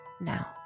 now